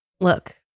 Look